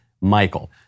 Michael